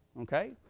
okay